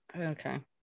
Okay